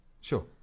Sure